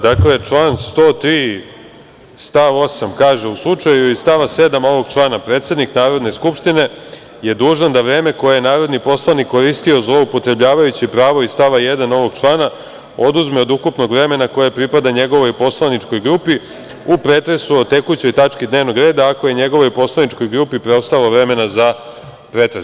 Dakle, član 103. stav 8. kaže – u slučaju iz stava 7. ovog člana, predsednik Narodne skupštine je dužan da vreme koje je narodni poslanik koristio zloupotrebljavajući pravo iz stava 1. ovog člana, oduzme od ukupnog vremena koje pripada njegovoj poslaničkoj grupi u pretresu o tekućoj tački dnevnog reda ako je njegovoj poslaničkoj grupi preostalo vremena za pretres.